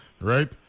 right